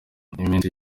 iminsi